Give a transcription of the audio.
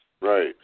Right